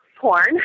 porn